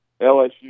LSU